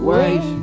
Wait